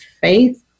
faith